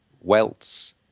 welts